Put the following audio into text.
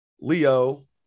Leo